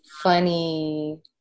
funny